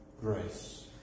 grace